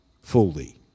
fully